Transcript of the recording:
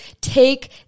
take